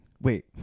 Wait